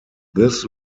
this